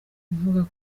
kuvuga